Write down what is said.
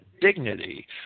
dignity